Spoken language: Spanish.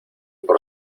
por